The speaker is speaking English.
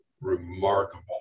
remarkable